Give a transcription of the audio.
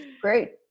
Great